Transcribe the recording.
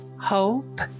hope